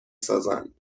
سازند